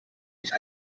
nicht